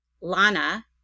lana